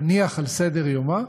תניח על סדר יומה,